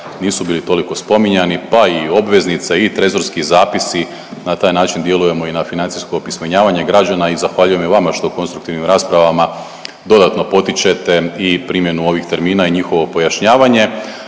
nisu bili toliko spominjani, pa i obveznice i trezorski zapisi, na taj način djelujemo i na financijsko opismenjavanje građana i zahvaljujem i vama što konstruktivnim raspravama dodatno potičete i primjenu ovih termina i njihovo pojašnjavanje,